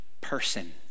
person